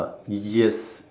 yes